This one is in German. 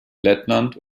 lettland